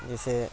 جیسے